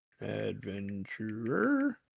Adventurer